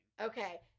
okay